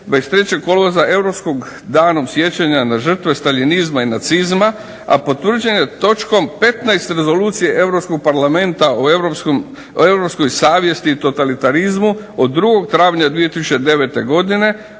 23. kolovoza europskog Dana sjećanja na žrtve staljinizma i nacizma, a potvrđen je točkom 15. Rezolucije Europskog parlamenta o europskoj savjesti i totalitarizmu od 2. travnja 2009. godine